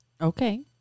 Okay